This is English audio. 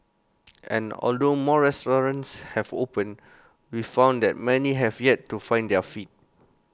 and although more restaurants have opened we found that many have yet to find their feet